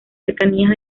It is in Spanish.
cercanías